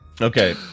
Okay